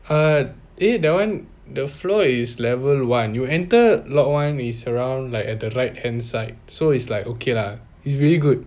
uh eh that one the floor is level one you enter lot one is around like at the right hand side so is like okay lah is really good